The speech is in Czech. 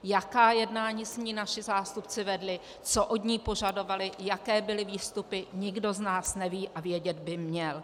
Jaká jednání s ní naši zástupci vedli, co od ní požadovali, jaké byly výstupy, nikdo z nás neví a vědět by měl.